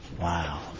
Wow